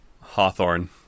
Hawthorne